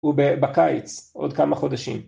ובקיץ עוד כמה חודשים.